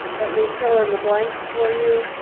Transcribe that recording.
let me fill in the blank for you